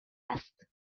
است